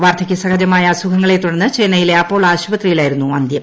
വാർധക്യസഹജമായ അസുഖങ്ങളെ തുടർന്ന് ചെന്നൈയിലെ അപ്പോള ആശുപത്രിയിലായിരുന്നു അന്ത്യം